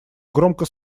громко